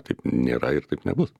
taip nėra ir taip nebus